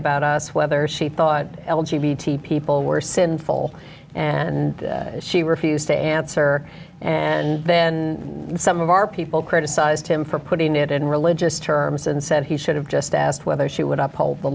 about us whether she thought people were sinful and she refused to answer and then some of our people criticized him for putting it in religious terms and said he should have just asked whether she would up all the